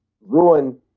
ruin